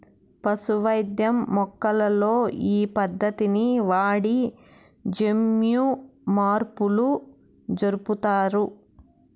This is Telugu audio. పశు వైద్యం మొక్కల్లో ఈ పద్దతిని వాడి జన్యుమార్పులు జరుపుతారు